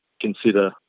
consider